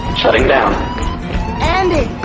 shutting down andi!